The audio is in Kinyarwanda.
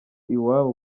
iwabo